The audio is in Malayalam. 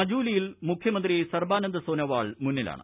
മജൂലിയിൽ മുഖ്യമന്ത്രി സർബാനന്ദ് സോനോവാൾ മുന്നിലാണ്